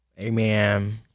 Amen